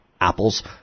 Apple's